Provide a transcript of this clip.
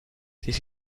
this